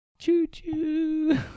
Choo-choo